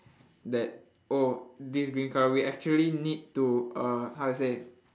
that oh this is green colour we actually need to uh how to say